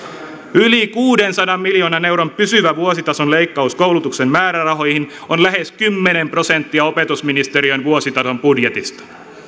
yli kuudensadan miljoonan euron pysyvä vuositason leikkaus koulutuksen määrärahoihin on lähes kymmenen prosenttia opetusministeriön vuositason budjetista